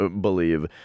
Believe